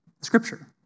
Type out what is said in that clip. Scripture